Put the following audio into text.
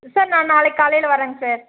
sir நான் நாளைக்கு காலையில் வர்றேன்ங்க சார்